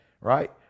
right